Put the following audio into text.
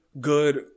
good